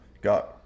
got